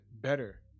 better